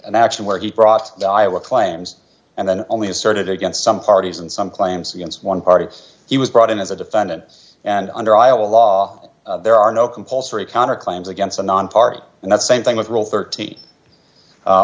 an action where he brought the iowa claims and then only asserted against some parties and some claims against one party he was brought in as a defendant and under iowa law there are no compulsory counter claims against a nonparty and the same thing with rule thirty